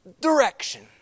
direction